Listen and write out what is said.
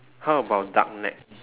how about duck neck